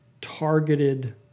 targeted